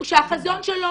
שהחזון שלו